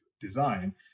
design